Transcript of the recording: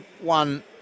one